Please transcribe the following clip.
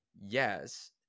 yes